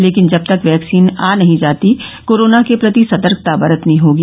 लेकिन जब तक वैक्सीन आ नहीं जाती कोरोना के प्रति सतर्कता बरतनी होगी